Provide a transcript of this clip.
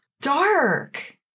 dark